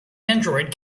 android